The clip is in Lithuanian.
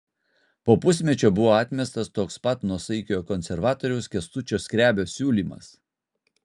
po pusmečio buvo atmestas toks pat nuosaikiojo konservatoriaus kęstučio skrebio siūlymas